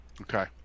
Okay